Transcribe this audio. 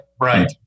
right